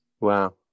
Wow